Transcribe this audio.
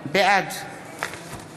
בעד